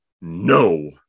no